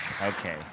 Okay